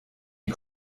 die